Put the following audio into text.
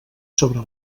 sobre